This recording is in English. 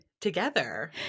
Together